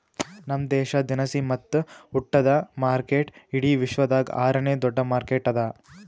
ನಮ್ ದೇಶ ದಿನಸಿ ಮತ್ತ ಉಟ್ಟದ ಮಾರ್ಕೆಟ್ ಇಡಿ ವಿಶ್ವದಾಗ್ ಆರ ನೇ ದೊಡ್ಡ ಮಾರ್ಕೆಟ್ ಅದಾ